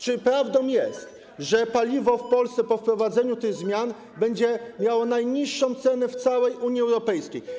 Czy prawdą jest, że paliwo w Polsce po wprowadzeniu tych zmian będzie miało najniższą cenę w całej Unii Europejskiej?